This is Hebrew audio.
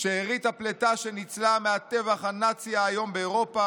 שארית הפליטה שניצלה מהטבח הנאצי האיום באירופה